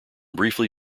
briefly